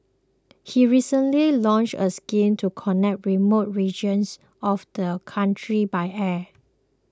he recently launched a scheme to connect remote regions of the country by air